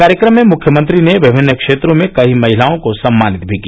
कार्यक्रम में मुख्यमंत्री ने विभिन्न क्षेत्रों की कई महिलाओं को सम्मानित भी किया